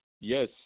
yes